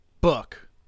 Book